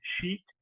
sheet